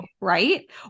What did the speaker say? Right